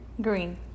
green